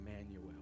Emmanuel